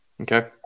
Okay